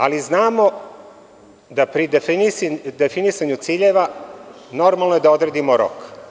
Ali, znamo da pri definisanju ciljeva normalno je da odredimo rok.